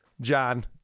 John